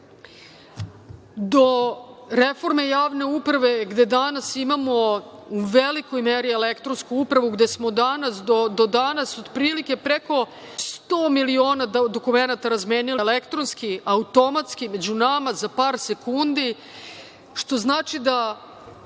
plate. Reforma javne uprave, a gde danas imamo u velikoj meri elektronsku upravu i gde smo danas otprilike preko 100 miliona dokumenata razmenili elektronski, automatski, među nama, za par sekundi, što znači da